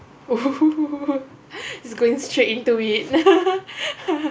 is going straight into it